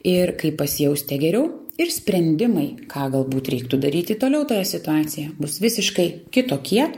ir kai pasijausite geriau ir sprendimai ką galbūt reiktų daryti toliau toje situacija bus visiškai kitokie